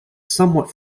somewhat